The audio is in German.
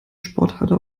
sporthalle